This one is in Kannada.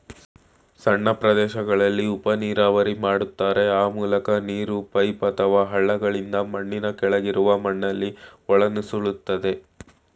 ಸಣ್ಣ ಪ್ರದೇಶಗಳಲ್ಲಿ ಉಪನೀರಾವರಿ ಮಾಡ್ತಾರೆ ಆ ಮೂಲಕ ನೀರು ಪೈಪ್ ಅಥವಾ ಹಳ್ಳಗಳಿಂದ ಮಣ್ಣಿನ ಕೆಳಗಿರುವ ಮಣ್ಣಲ್ಲಿ ಒಳನುಸುಳ್ತದೆ